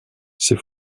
ces